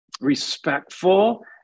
respectful